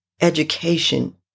education